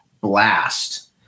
blast